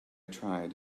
tried